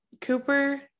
Cooper